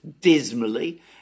dismally